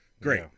Great